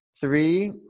three